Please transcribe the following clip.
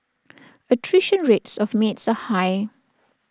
attrition rates of maids are high